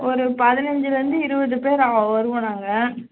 ஒரு பதினைஞ்சிலேந்து இருபது பேர் வருவோம் நாங்கள்